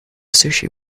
sushi